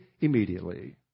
immediately